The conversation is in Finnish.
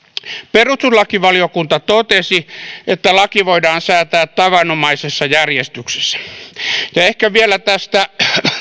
perustuslakivaliokunta totesi että laki voidaan säätää tavanomaisessa järjestyksessä vielä ehkä tästä